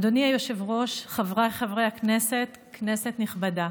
אדוני היושב-ראש, חבריי חברי הכנסת, כנסת נכבדה,